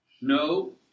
No